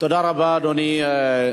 תודה רבה, אדוני.